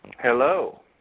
Hello